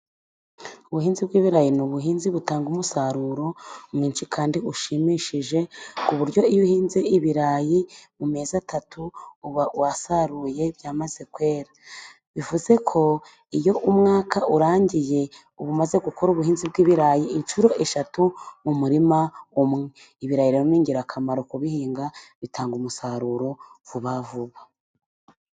Ubuhinzi bw'ibirayi ni ubuhinzi butanga umusaruro mwinshi kandi ushimishije, ku buryo iyo uhinze ibirayi mu mezi atatu uba wasaruye byamaze kwera. Bivuze ko iyo umwaka urangiye ubu umaze gukora ubuhinzi bw'ibirayi inshuro eshatu mu murima umwe. Ibirayira ni ingirakamaro, kubihinga bitanga umusaruro vuba vuba.